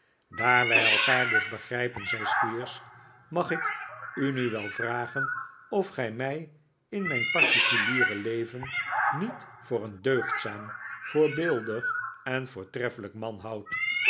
daar wij elkaar dus begrijpen zei squeers mag ik u nu wel vragen of gij mij in mijn particuliere leven niet voor een deugdzaam voorbeeldig en voortreffelijk man houdt